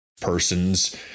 person's